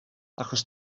achos